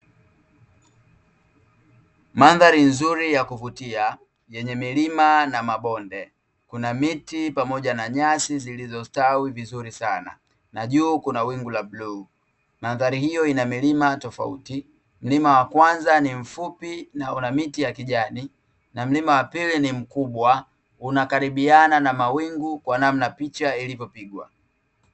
Mandhari nzuri ya kuvutia yenye milima na mabonde, kuna miti pamoja na nyasi zilizostawi vizuri sana, juu kuna wingu la bluu. Mandhari hiyo ina milima tofauti; mlima wa kwanza ni mfupi una miti ya kijani, na mlima wa pili ni mkubwa unakaribiana na mawingu kwa namna picha ilivyopigwa.